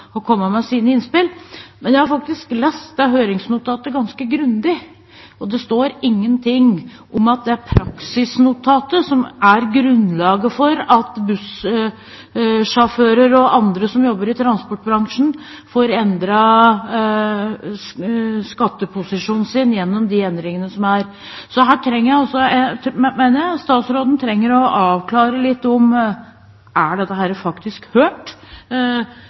å komme med sine innspill. Men jeg har faktisk lest det høringsnotatet ganske grundig, og det står ingenting om at det praksisnotatet, som er grunnlaget for at bussjåfører og andre som jobber i transportbransjen, får endret skatteposisjonen sin gjennom de endringene – statsråden trenger å avklare det – faktisk er hørt, og i hvilken sammenheng det er hørt. Så har vi hatt noen dialoger med statsråden om